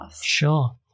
sure